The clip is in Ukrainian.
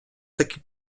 таки